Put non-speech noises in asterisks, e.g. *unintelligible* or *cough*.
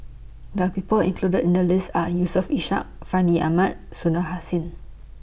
The People included in The list Are Yusof Ishak Fandi Ahmad *unintelligible* Hussain